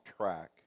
track